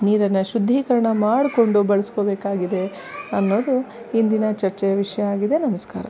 ನೀರನ್ನು ಶುದ್ಧೀಕರಣ ಮಾಡಿಕೊಂಡು ಬಳಸ್ಕೊಬೇಕಾಗಿದೆ ಅನ್ನೋದು ಇಂದಿನ ಚರ್ಚೆಯ ವಿಷಯ ಆಗಿದೆ ನಮಸ್ಕಾರ